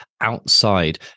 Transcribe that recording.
outside